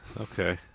okay